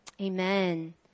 Amen